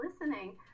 listening